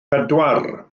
pedwar